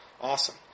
Awesome